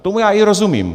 Tomu já i rozumím.